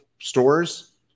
stores